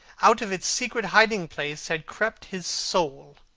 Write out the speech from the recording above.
out of its secret hiding-place had crept his soul,